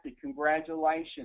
congratulations